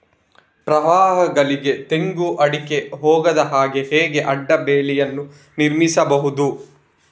ಪ್ರವಾಹಗಳಿಗೆ ತೆಂಗು, ಅಡಿಕೆ ಹೋಗದ ಹಾಗೆ ಹೇಗೆ ಅಡ್ಡ ಬೇಲಿಯನ್ನು ನಿರ್ಮಿಸಬಹುದು?